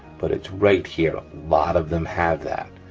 but it's right here, a lot of them have that,